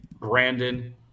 Brandon